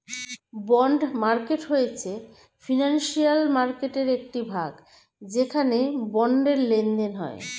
bond market হয়েছে financial মার্কেটয়ের একটি ভাগ যেখানে বন্ডের লেনদেন হয়